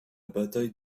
bataille